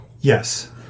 Yes